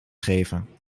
geven